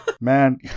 Man